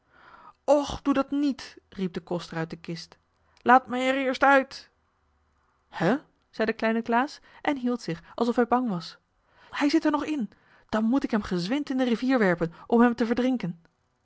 och doe dat niet riep de koster uit de kist laat mij er eerst uit hu zei de kleine klaas en hield zich alsof hij bang was hij zit er nog in dan moet ik hem gezwind in de rivier werpen om hem te verdrinken